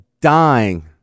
dying